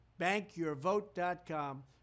Bankyourvote.com